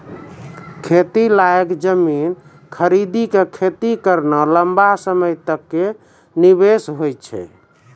खेती लायक जमीन खरीदी कॅ खेती करना लंबा समय तक कॅ निवेश होय छै